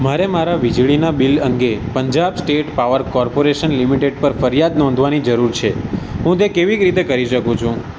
મારે મારા વીજળીનાં બિલ અંગે Punjab state power corporation limited પર ફરિયાદ નોંધવાની જરૂર છે હું તે કેવી રીતે કરી શકું છું